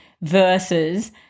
versus